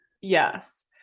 Yes